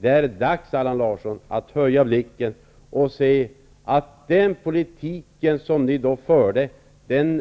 Det är dags, Allan Larsson, att höja blicken och se att den politik som ni då förde